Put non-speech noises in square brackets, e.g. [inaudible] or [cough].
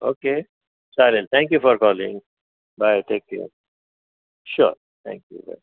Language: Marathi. ओके चालेल thank you for calling bye take care sure thank you [unintelligible]